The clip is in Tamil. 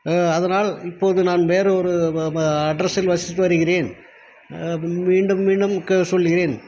அதனால் இப்போது நான் வேறு ஒரு அட்ரஸ்சில் வசித்து வருகிறேன் மீண்டும் மீண்டும் கு சொல்கிறேன்